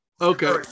Okay